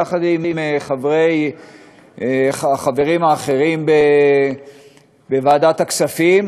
יחד עם החברים האחרים בוועדת הכספים,